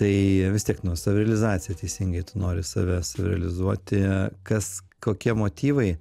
tai vis tiek nu savirealizacija teisingai tu nori save surealizuoti kas kokie motyvai